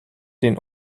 den